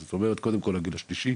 זאת אומרת קודם כל לגיל השלישי